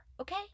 okay